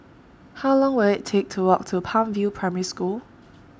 How Long Will IT Take to Walk to Palm View Primary School